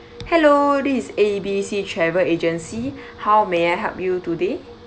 hello this is A B C travel agency how may I help you today